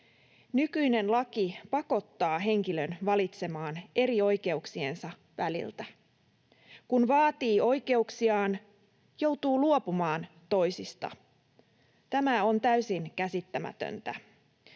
Nykyinen laki pakottaa henkilön valitsemaan eri oikeuksiensa väliltä. Kun vaatii oikeuksiaan, joutuu luopumaan toisista. Tämä on täysin käsittämätöntä.